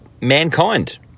mankind